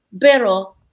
pero